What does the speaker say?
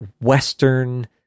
Western